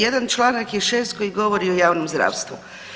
Jedan članak je 6. koji govori o javnom zdravstvu.